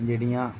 गड्डियां